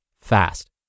fast